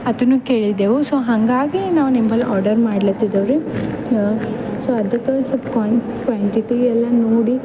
ಅದನ್ನು ಕೇಳಿದೆವು ಸೊ ಹಂಗಾಗಿ ನಾವು ನಿಂಬಲ್ಲಿ ಆರ್ಡರ್ ಮಾಡ್ಲಾತ್ತಿದೀವ್ರಿ ಸೊ ಅದಕ್ಕೆ ಸ್ವಲ್ಪ ಕ್ವಾಂಟಿಟಿ ಎಲ್ಲ ನೋಡಿ